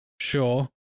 sure